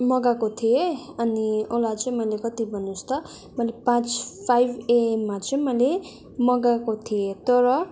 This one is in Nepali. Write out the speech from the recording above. मगाएको थिएँ अनि ओला चाहिँ मैले कति भन्नुहोस् त मैले पाँच फाइभ एएममा चाहिँ मैले मगाएको थिएँ तर